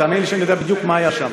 תאמיני לי שאני יודע בדיוק מה היה שם.